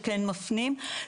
שכן מפנים.